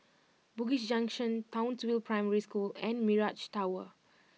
Bugis Junction Townsville Primary School and Mirage Tower